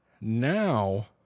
Now